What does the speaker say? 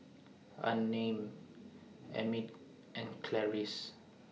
Unnamed Emmitt and Clarice